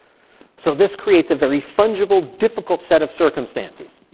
so this creates a very fungible difficult set of circumstances.